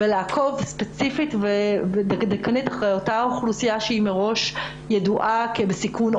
לעקוב ספציפית אחרי אותה אוכלוסייה שמראש ידועה בסיכון.